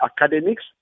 academics